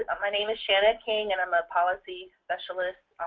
my name is shana king and i'm a policy specialist